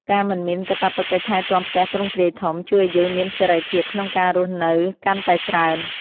ការមិនមានកាតព្វកិច្ចថែទាំផ្ទះទ្រង់ទ្រាយធំ ជួយឱ្យយើងមានសេរីភាពក្នុងការរស់នៅកាន់តែច្រើន។